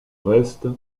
reste